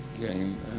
game